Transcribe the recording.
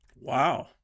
Wow